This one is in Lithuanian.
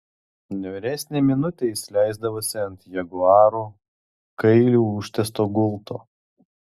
niūresnę minutę jis leisdavosi ant jaguarų kailiu užtiesto gulto